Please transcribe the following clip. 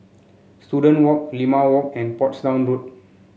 Student Walk Limau Walk and Portsdown Road